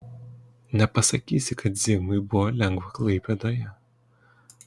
nepasakysi kad zigmui buvo lengva klaipėdoje